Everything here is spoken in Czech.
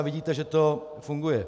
A vidíte, že to funguje.